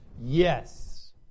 yes